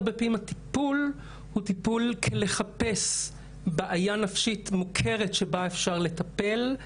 הרבה פעמים הטיפול הוא טיפול שמחפש בעיה נפשית מוכרת שבה אפשר לטפל.